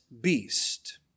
beast